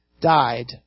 died